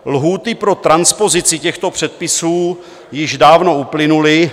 Lhůty pro transpozici těchto předpisů již dávno uplynuly.